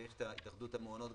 ויש את התאחדות המעונות,